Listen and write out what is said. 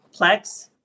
Plex